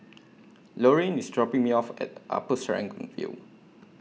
Lorraine IS dropping Me off At Upper Serangoon View